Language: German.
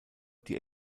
die